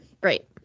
Great